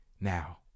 now